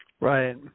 Right